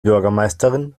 bürgermeisterin